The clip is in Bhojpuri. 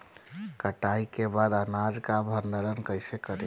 कटाई के बाद अनाज का भंडारण कईसे करीं?